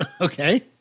Okay